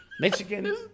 Michigan